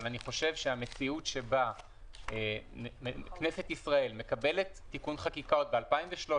אבל המציאות שבה כנסת ישראל מקבלת תיקון חקיקה עוד ב-2013